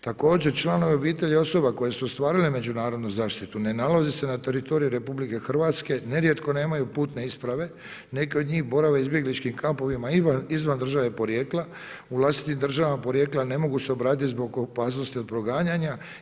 Također članovi obitelji osoba koje su ostvarile međunarodnu zaštitu ne nalazi se na teritoriju RH nerijetko nemaju putne isprave, neke od njih borave u izbjegličkim kampovima izvan države porijekla u vlastitim državama porijekla ne mogu se obratiti zbog opasnosti od proganjanja.